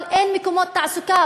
אבל אין מקומות תעסוקה.